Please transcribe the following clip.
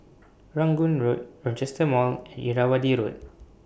Rangoon Road Rochester Mall and Irrawaddy Road